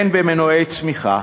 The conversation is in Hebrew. הן במנועי צמיחה